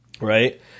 Right